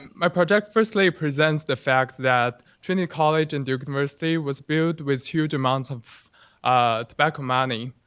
um my project firstly presents the fact that trinity college and duke university was built with huge amounts of tobacco money.